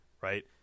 right